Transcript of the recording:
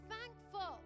thankful